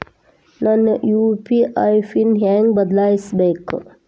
ನನ್ನ UPI PIN ಹೆಂಗ್ ಬದ್ಲಾಯಿಸ್ಬೇಕು?